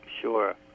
sure